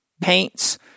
paints